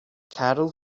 carol